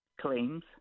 claims